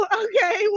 okay